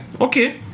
okay